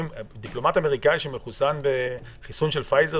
דיפלומט אמריקני שמחוסן בחיסון של פייזר?